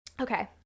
Okay